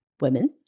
women